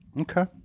Okay